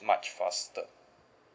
much faster